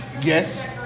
yes